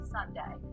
Sunday